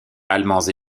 allemands